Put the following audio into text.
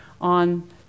on